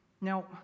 Now